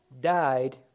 died